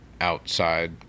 outside